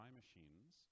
machines